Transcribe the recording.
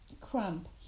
cramp